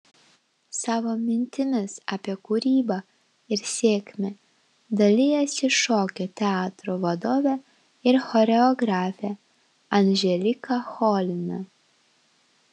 savo mintimis apie kūrybą ir sėkmę dalijasi šokio teatro vadovė ir choreografė anželika cholina